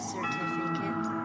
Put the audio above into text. Certificate